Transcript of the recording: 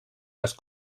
les